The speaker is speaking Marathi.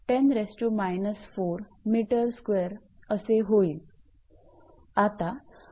आता बर्फाचा पर मीटर वोल्युम शोधूयात